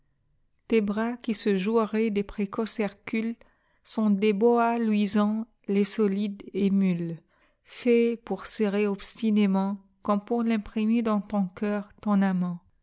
tes bras qui se joueraient des précoces hercules sont des boas luisants les solides émules faits pour serrer obstinément comme pour l'imprimer dans ton cœur ton amant